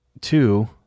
two